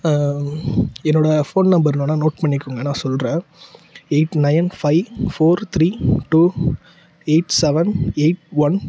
என்னோடய ஃபோன் நம்பர்ணோனா நோட் பண்ணிக்கோங்க நான் சொல்கிறேன் eight nine five four three two eight seven eight one